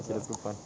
ya so far